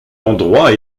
endroit